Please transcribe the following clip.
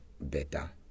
better